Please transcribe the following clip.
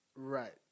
Right